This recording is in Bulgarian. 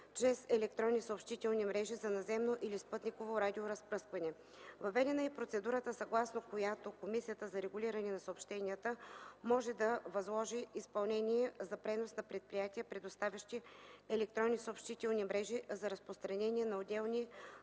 чрез електронни съобщителни мрежи за наземно или спътниково радиоразпръскване. Въведена е и процедурата, съгласно която Комисията за регулиране на съобщенията може да възложи изпълнение за пренос на предприятия, предоставящи електронни съобщителни мрежи за разпространение на отделни